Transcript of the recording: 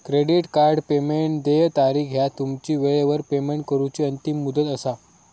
credit card payment देय तारीख ह्या तुमची वेळेवर पेमेंट करूची अंतिम मुदत असा